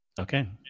Okay